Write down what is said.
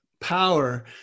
power